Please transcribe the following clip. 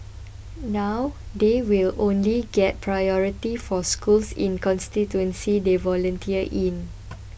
now they will only get priority for schools in the constituencies they volunteer in